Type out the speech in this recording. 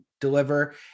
deliver